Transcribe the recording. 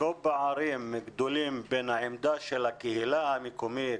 פערים כה גדולים בין העמדה של הקהילה המקומית,